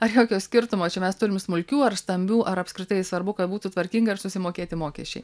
ar jokio skirtumo čia mes turim smulkių ar stambių ar apskritai svarbu kad būtų tvarkinga ir susimokėti mokesčiai